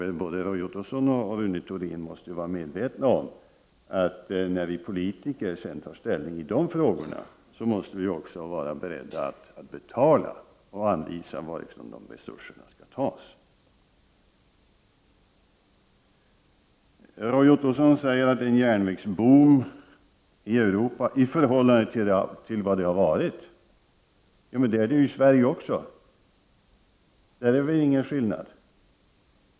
Roy Ottosson och Rune Thorén måste ju vara medvetna om att när vi politiker sedan tar ställning i frågorna måste vi också vara beredda att betala och anvisa varifrån resurserna skall tas. Roy Ottosson säger att det är en järnvägsboom i Europa i förhållande till tidigare. Det är det ju i Sverige också. Här föreligger ingen skillnad.